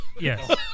yes